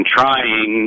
trying